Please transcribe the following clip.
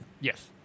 Yes